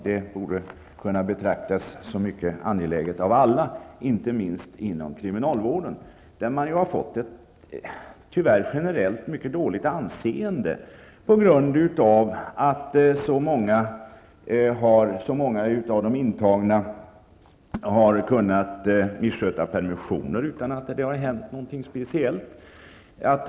Det borde kunna betraktas som mycket angeläget av alla, inte minst inom kriminalvården, som tyvärr fått generellt mycket dåligt anseende på grund av att så många av de intagna har kunnat missköta permissioner utan att det hänt något speciellt.